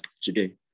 today